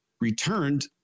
returned